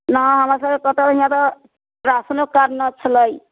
ना हमरासबके कतए हियाँ त राशनो कार्ड न छलै